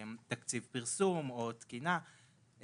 תקציב פרסום או תקינה,